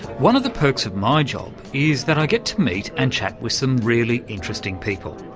one of the perks of my job is that i get to meet and chat with some really interesting people.